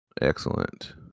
Excellent